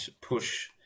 push